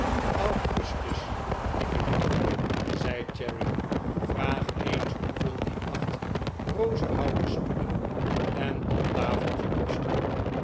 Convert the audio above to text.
augustus lieve jongen zei cherry vraag eens hoeveel die acht rozenhouten stoelen en dat tafeltje kosten